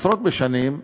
עשרות בשנים,